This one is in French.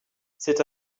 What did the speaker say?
c’est